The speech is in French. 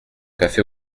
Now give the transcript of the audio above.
café